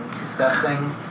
disgusting